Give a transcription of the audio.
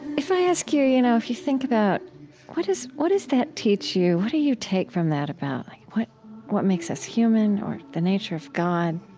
if i ask you, you know, if you think about what does what does that teach you? what do you take from that about like what what makes us human or the nature of god?